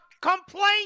complaint